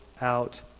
out